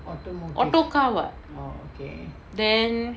auto car [what] then